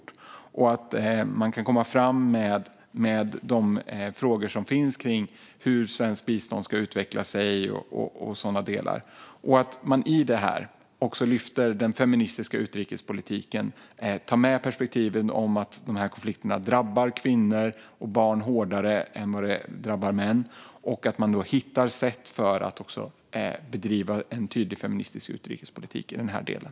Det gäller att man kan komma fram med de frågor som finns om hur svenskt bistånd ska utveckla sig och sådana delar. I det ska man också lyfta fram den feministiska utrikespolitiken och ta med perspektivet att dessa konflikter drabbar kvinnor och barn hårdare än vad de drabbar män. Det handlar om att man hittar sätt för att bedriva en tydlig feministisk utrikespolitik i den här delen.